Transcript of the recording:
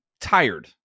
tired